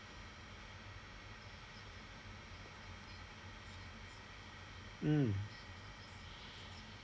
mm